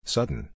Sudden